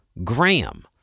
Graham